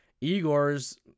Igor's